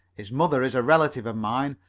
his mother is a relative of mine,